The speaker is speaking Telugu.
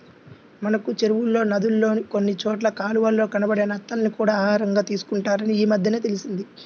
మనకి చెరువుల్లో, నదుల్లో కొన్ని చోట్ల కాలవల్లో కనబడే నత్తల్ని కూడా ఆహారంగా తీసుకుంటారని ఈమద్దెనే తెలిసింది